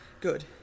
good